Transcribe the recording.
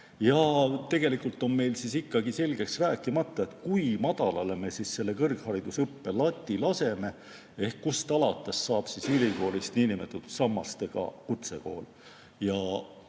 Tegelikult on meil ikkagi selgeks rääkimata, kui madalale me selle kõrghariduse õppe lati laseme ehk kust alates saab ülikoolist niinimetatud sammastega kutsekool.